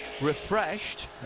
refreshed